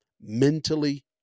mentally